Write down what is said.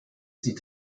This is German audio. sie